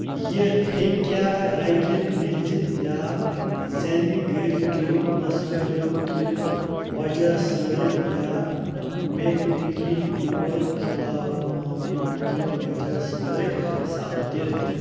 یہِ ہیٚکیٛاہ رگہِ میٚژِ یا زٮ۪نہِ گرۍ کٮ۪و مسایِلو کہِ وجہ سۭتۍ یا مٮ۪کنکی طور خِلافہٕ معموٗل کہِ وجہ سۭتۍ سَپدِتھ